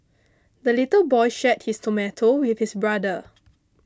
the little boy shared his tomato with his brother